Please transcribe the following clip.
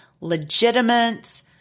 legitimate